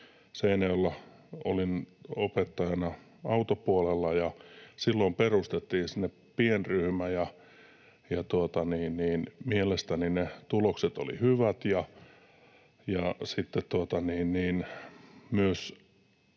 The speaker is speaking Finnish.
Seinäjoella olin opettajana autopuolella, ja silloin perustettiin sinne pienryhmä, ja mielestäni ne tulokset olivat hyvät, ja sitten myös